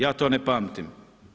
Ja to ne pamtim.